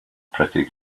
pretty